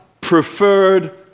preferred